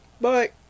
bye